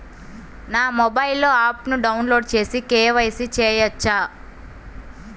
నా మొబైల్లో ఆప్ను డౌన్లోడ్ చేసి కే.వై.సి చేయచ్చా?